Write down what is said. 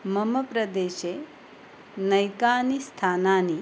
मम प्रदेशे नैकानि स्थानानि